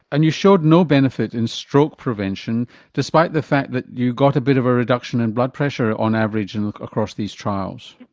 and you showed no benefit in stroke prevention despite the fact that you got a bit of a reduction in blood pressure on average and across these trials.